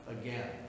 again